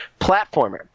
platformer